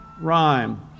rhyme